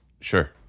Sure